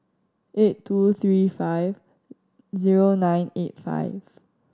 eight two three five zero nine eight five